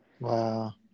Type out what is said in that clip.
Wow